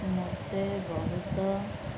ମୋତେ ବହୁତ